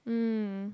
mm